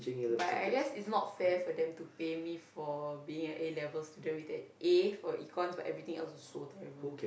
but I guess is not fair for them to pay me for being a A-level student with an A for econs but everything else was so terrible